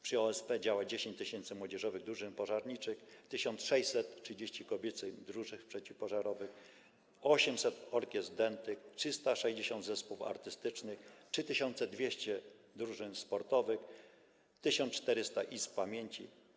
Przy OSP działa 10 tys. młodzieżowych drużyn pożarniczych, 1630 kobiecych drużyn przeciwpożarowych, 800 orkiestr dętych, 360 zespołów artystycznych, 3200 drużyn sportowych, 1400 izb pamięci.